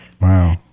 wow